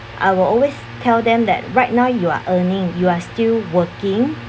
I will always tell them that right now you are earning you are still working